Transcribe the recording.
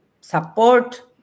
support